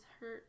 hurt